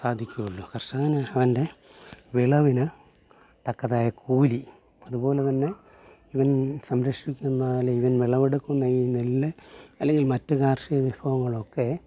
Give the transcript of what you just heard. സാധിക്കുകയുള്ളു കർഷകന് അവൻ്റെ വിളവിന് തക്കതായ കൂലി അതുപോലെ തന്നെ ഇവൻ സംരക്ഷിക്കുന്നാലെ ഇവൻ വിളവെടുക്കുന്ന ഈ നെല്ല് അല്ലെങ്കിൽ മറ്റു കാർഷിക വിഭവങ്ങളൊക്കെ